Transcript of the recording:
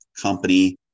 company